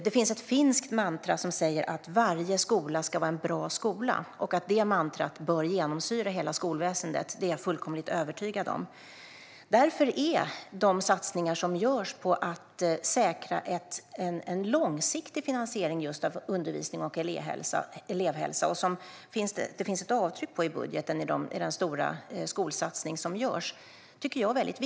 Det finns ett finskt mantra som säger att varje skola ska vara en bra skola. Att detta mantra bör genomsyra hela skolväsendet är jag fullkomligt övertygad om. Därför är de satsningar som görs för att säkra en långsiktig finansiering av just undervisning och elevhälsa väldigt viktiga. Det finns ett avtryck av detta i den stora skolsatsning som görs i budgeten.